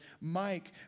Mike